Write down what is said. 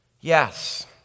Yes